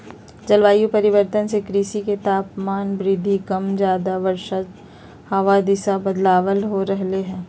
जलवायु परिवर्तन से कृषि मे तापमान वृद्धि कम ज्यादा वर्षा हवा दिशा बदलाव हो रहले